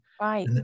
Right